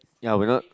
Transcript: ya my god